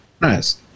Nice